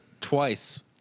twice